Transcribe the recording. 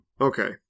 Okay